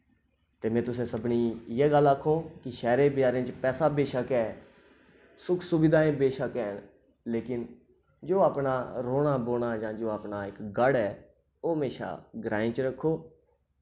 ते में तुसें सभनें ई इयै गल्ल आक्खोंग कि शैह्रें बजारें च पैसा बेशक ऐ सुख सुविधां बेशक हैन लेकिन जो अपना रौह्ना बौह्ना जां जो अपना इक गढ़ ऐ ओह् म्हेशा ग्राएं च रक्खो